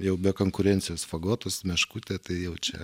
jau be konkurencijos fagotas meškutė tai jaučia